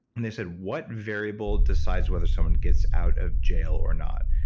and they said, what variable decides whether someone gets out of jail or not?